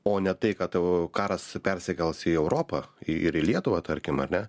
o ne tai kad tavo karas persikels į europą ir į lietuvą tarkim ar ne